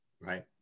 Right